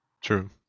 True